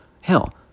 hell